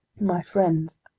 my friends,